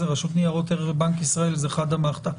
ישראל ורשות ניירות ערך זה חדא מחתא.